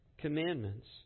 commandments